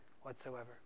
whatsoever